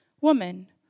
Woman